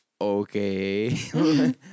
okay